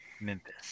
Memphis